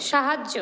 সাহায্য